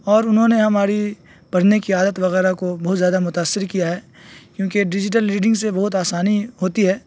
اور انہوں نے ہماری پڑھنے کی عادت وغیرہ کو بہت زیادہ متاثر کیا ہے کیونکہ ڈیجیٹل ریڈنگ سے بہت آسانی ہوتی ہے